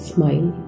Smile